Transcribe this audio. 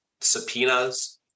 subpoenas